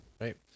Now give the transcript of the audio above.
Right